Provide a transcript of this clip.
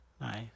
nice